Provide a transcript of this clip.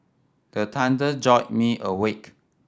the thunder jolt me awake